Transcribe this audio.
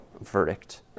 verdict